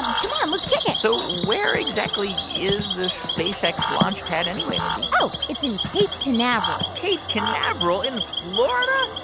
ah come on. let's kick it so where exactly is this spacex launch pad anyway, mindy? oh, it's in cape canaveral cape canaveral? in florida?